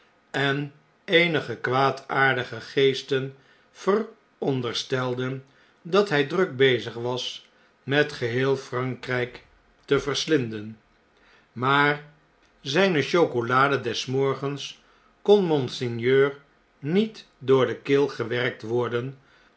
en eenige kwaadaardige geesten vooronderstelden dat hjj druk bezig was met geheel frankrijkte verslinden maar zijne chocolade des morgens kon monseigneur niet door de keel gewerkt worden